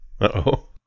Uh-oh